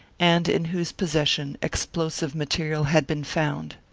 and in whose possession explosive material had been found.